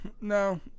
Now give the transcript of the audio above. No